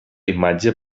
imatge